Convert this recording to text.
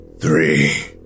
three